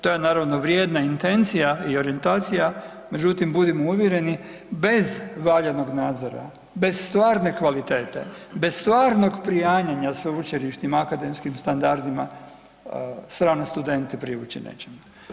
To je naravno vrijedna intencija i orijentacija, međutim budimo uvjereni bez valjanog nadzora, bez stvarne kvalitete, bez stvarnog prijanjanja sveučilištima, akademskim standardima strane studente privući nećemo.